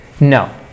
No